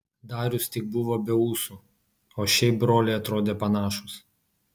darius tik buvo be ūsų o šiaip broliai atrodė panašūs